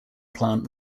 plant